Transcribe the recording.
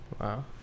wow